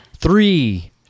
Three